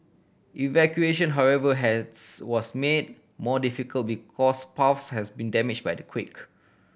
evacuation however has was made more difficult because paths has been damage by the quake